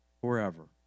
forever